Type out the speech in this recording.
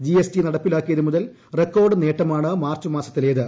GST നടപ്പിലാക്കിയതുമുതൽ record നേട്ടമാണ് March മാസത്തിലേത്